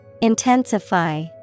Intensify